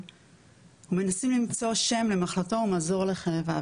ומנסים למצוא שם למחלתו ומזור לכאביו.